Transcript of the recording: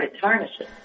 tarnishes